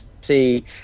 see